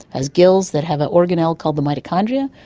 has gills that have an organelle called the mitochondria,